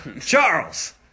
Charles